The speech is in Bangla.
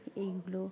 এইগুলো